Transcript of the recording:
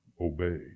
obey